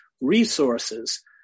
resources